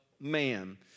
man